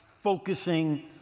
focusing